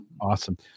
awesome